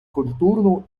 культурну